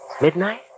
Midnight